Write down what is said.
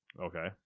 Okay